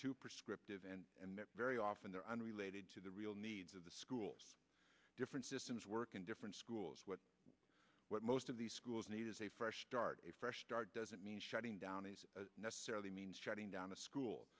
too prescriptive and very often they're unrelated to the real needs of the schools different systems work in different schools what what most of these schools need is a fresh start a fresh start doesn't mean shutting down necessarily means chatting on a school